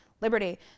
liberty